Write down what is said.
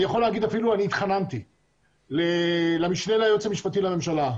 אני יכול להגיד שאפילו התחננתי למשנה ליועץ המשפטי לממשלה,